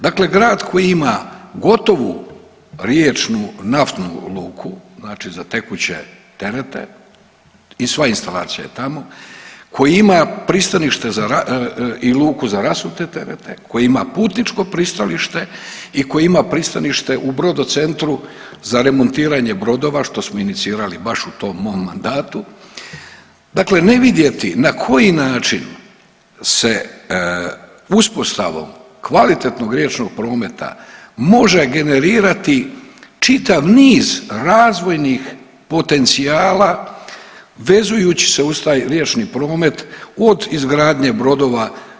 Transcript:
Dakle grad koji ima gotovu riječnu naftnu luku, znači za tekuće terete i sva instalacija je tamo, koja ima pristanište i luku za rasute terete, koja ima putničko pristalište i koja ima pristanište u Brodocentru za remontiranje brodova, što smo inicirali baš u tom mom mandatu, dakle ne vidjeti na koji način se uspostavom kvalitetnog riječnog prometa može generirati čitav niz razvojnih potencijala vezujući se uz taj riječni promet od izgradnje brodova.